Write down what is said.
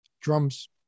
drums